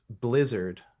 Blizzard